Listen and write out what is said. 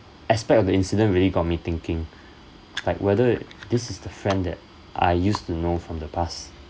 aspect of the incident really got me thinking like whether this is the friend that I used to know from the past